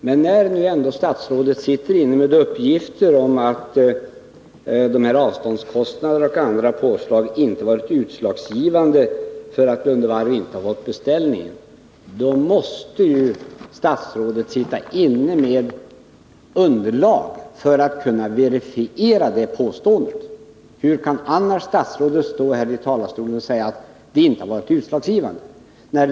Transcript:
Men när statsrådet nu ändå sitter inne med uppgifter om att avståndskostnaderna och andra påslag inte var utslagsgivande för att Lunde Varv inte fick någon beställning, då måste ju statsrådet ha underlag för att verifiera det påståendet. Hur kan statsrådet annars stå här i talarstolen och säga att detta inte varit utslagsgivande?